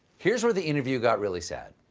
here's where the interview got really sad.